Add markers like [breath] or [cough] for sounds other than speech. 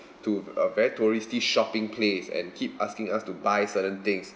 [breath] to a very touristy shopping place and keep asking us to buy certain things